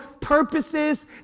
purposes